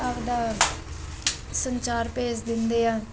ਆਪਦਾ ਸੰਚਾਰ ਭੇਜ ਦਿੰਦੇ ਆ